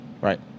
Right